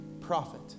prophet